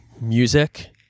music